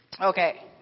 Okay